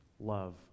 love